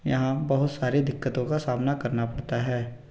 यहाँ बहुत सारी दिक्कतों का सामना करना पड़ता है